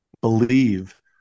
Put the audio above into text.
believe